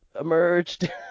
emerged